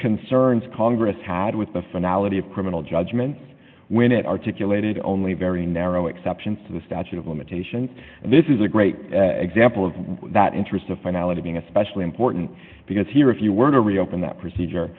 concerns congress had with the finality of criminal judgments when it articulated only very narrow exceptions to the statute of limitations and this is a great example of that interest of finality being especially important because here if you were to reopen that procedure